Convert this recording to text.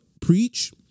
preach